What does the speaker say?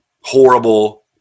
horrible